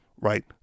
right